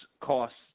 costs